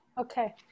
Okay